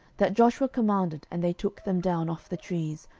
that joshua commanded, and they took them down off the trees,